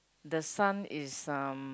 the son is um